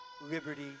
liberty